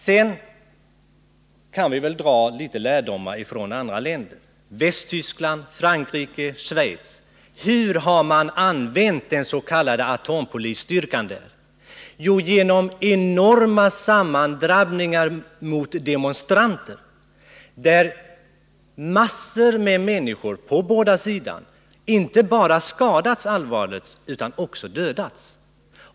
Sedan kan vi dra vissa lärdomar från andra länder — Västtyskland, Frankrike och Schweiz. Hur har man där använt den s.k. atompolisstyrkan? Jo, vid enorma sammandrabbningar med demonstranter, varvid inte bara massor med människor på båda sidor skadats allvarligt utan också många dödats.